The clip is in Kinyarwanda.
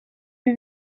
ibi